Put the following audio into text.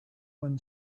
when